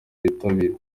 bitabira